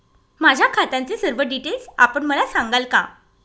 माझ्या खात्याचे सर्व डिटेल्स आपण मला सांगाल का?